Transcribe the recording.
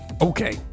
okay